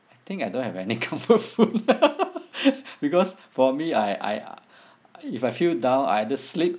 I think I don't have any comfort food because for me I I if I feel down I either sleep